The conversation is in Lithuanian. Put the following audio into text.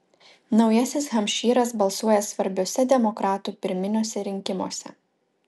naujasis hampšyras balsuoja svarbiuose demokratų pirminiuose rinkimuose